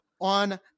On